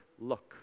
look